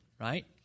Right